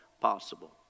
possible